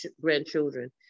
grandchildren